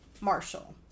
Marshall